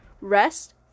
rest